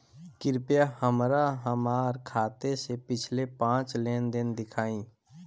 कृपया हमरा हमार खाते से पिछले पांच लेन देन दिखाइ